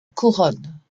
couronne